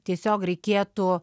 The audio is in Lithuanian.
tiesiog reikėtų